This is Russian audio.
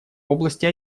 области